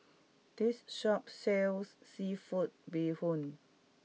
this shop sells Seafood Bee Hoon